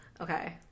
Okay